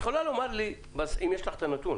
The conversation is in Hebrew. את יכולה לומר לי אם יש לך את הנתון,